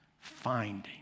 finding